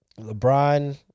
LeBron